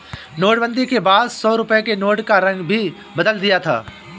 नोटबंदी के बाद सौ रुपए के नोट का रंग भी बदल दिया था